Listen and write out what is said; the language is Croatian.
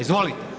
Izvolite.